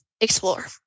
explore